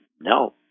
no